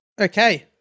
Okay